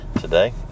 today